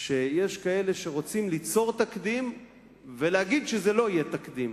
שיש כאלה שרוצים ליצור תקדים ולהגיד שזה לא יהיה תקדים,